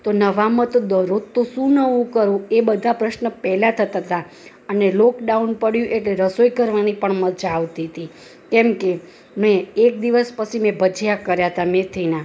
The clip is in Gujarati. તો નવામાં તો દરરોજ તો શું નવું કરું એ બધા પ્રશ્ન પહેલાં થતા હતા અને લોકડાઉન પડ્યું એટલે રસોઈ કરવાની પણ મજા આવતી હતી કેમકે મેં એક દિવસ પછી મેં ભજીયા કર્યા હતા મેથીના